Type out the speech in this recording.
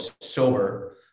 sober